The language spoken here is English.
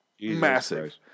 massive